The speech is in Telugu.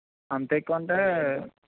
అంత ఎక్కువ అంటే